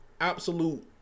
absolute